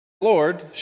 Lord